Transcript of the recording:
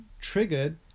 triggered